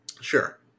sure